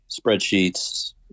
spreadsheets